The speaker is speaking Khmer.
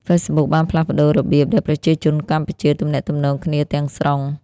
Facebook បានផ្លាស់ប្ដូររបៀបដែលប្រជាជនកម្ពុជាទំនាក់ទំនងគ្នា ទាំងស្រុង។